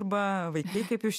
arba vaikai kaip jūs